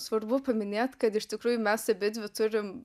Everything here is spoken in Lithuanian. svarbu paminėt kad iš tikrųjų mes abidvi turim